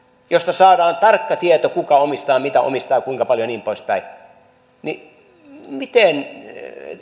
josta saadaan tarkka tieto kuka omistaa mitä omistaa kuinka paljon ja niin pois päin niin miten